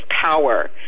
power